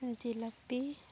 ᱡᱤᱞᱟᱯᱤ